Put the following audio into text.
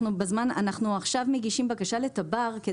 אנחנו עכשיו מגישים בקשה לתב"ר.